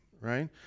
right